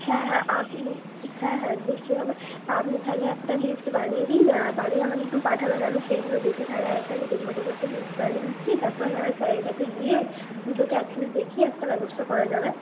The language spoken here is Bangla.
হ্যাঁ হ্যাঁ আপনি হ্যাঁ হ্যাঁ নিশ্চয়ই হবে আপনি থালে একটা লিস্ট বানিয়ে দিন আর বানিয়ে আমাকে একটু পাঠাবেন আমি সেইগুলো দেখে তাহলে একটা নিজের মতো করে একটা লিস্ট বানিয়ে নিচ্ছি তাপরে না হয় স্যারের কাছে গিয়ে দুটোকে একসাথে দেখিয়ে একটা ব্যবস্থা করা যাবে